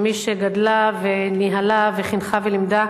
כמי שגידלה וניהלה וחינכה ולימדה